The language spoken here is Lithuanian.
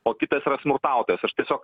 o kitas yra smurtautojas aš tiesiog